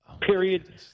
Period